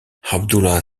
abdullah